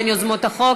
בין יוזמות החוק,